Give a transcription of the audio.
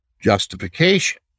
justification